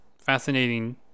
fascinating